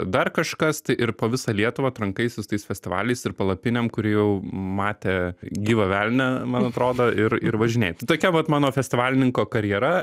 dar kažkas tai ir po visą lietuvą trankaisi su tais festivaliais ir palapinėm kur jau matė gyvą velnią man atrodo ir ir važinėji tai tokia vat mano festivalininko karjera